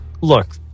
Look